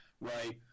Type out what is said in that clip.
right